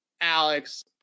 Alex